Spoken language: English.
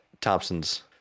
Thompson's